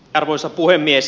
arvoisa puhemies